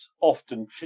often